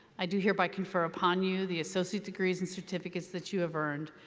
i do hereby confer upon you the associate degrees and certificates that you have earned,